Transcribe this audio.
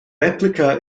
replica